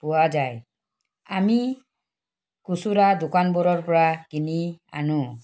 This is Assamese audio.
পোৱা যায় আমি খুচুৰা দোকানবোৰৰ পৰা কিনি আনো